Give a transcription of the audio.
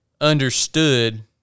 understood